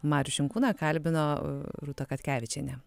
marių šinkūną kalbino rūta katkevičienė